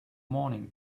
morning